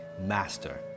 master